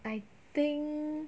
I think